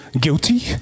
guilty